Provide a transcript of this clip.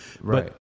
Right